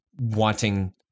wanting